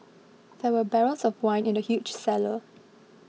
there were barrels of wine in the huge cellar